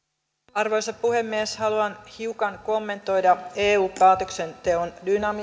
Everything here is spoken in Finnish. arvoisa puhemies haluan hiukan kommentoida eu päätöksenteon